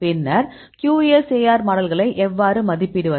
பின்னர் QSAR மாடல்களை எவ்வாறு மதிப்பிடுவது